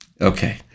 Okay